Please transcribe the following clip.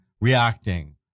reacting